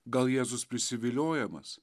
gal jėzus prisiviliojamas